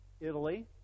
Italy